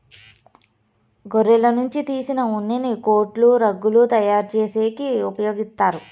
గొర్రెల నుంచి తీసిన ఉన్నిని కోట్లు, రగ్గులు తయారు చేసేకి ఉపయోగిత్తారు